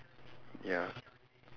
ya